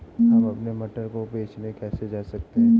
हम अपने मटर को बेचने कैसे जा सकते हैं?